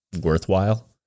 worthwhile